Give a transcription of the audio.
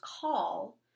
call